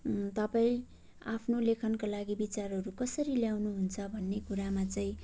तपाईँ आफ्नो लेखनका लागि विचारहरू कसरी ल्याउनुहुन्छ भन्ने कुरामा चाहिँ